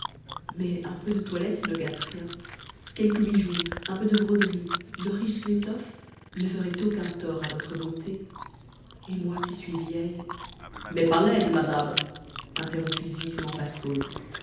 mais un peu de toilette ne gâte rien quelques bijoux un peu de broderie de riches étoffes ne feraient aucun tort à votre beauté et moi qui suis vieille mais pas laide madame interrompit vivement passerose